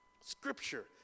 Scripture